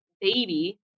baby